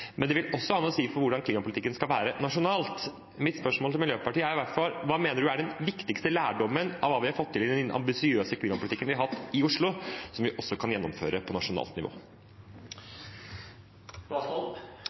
men det vil også ha noe å si for hvordan klimapolitikken skal være nasjonalt. Mitt spørsmål til Miljøpartiet De Grønne er: Hva mener de er den viktigste lærdommen av det vi har fått til i den ambisiøse klimapolitikken vi har hatt i Oslo, og som vi også kan gjennomføre på nasjonalt